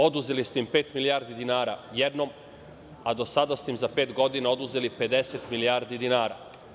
Oduzeli ste im pet milijardi dinara jednom, a do sada ste im za pet godina oduzeli 50 milijardi dinara.